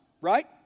right